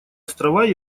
острова